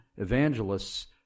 evangelists